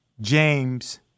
James